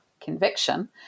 conviction